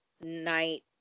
Night